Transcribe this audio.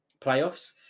playoffs